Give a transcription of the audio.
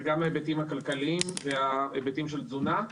זה גם ההיבטים הכלכליים והיבטים של תזונה.